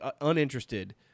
uninterested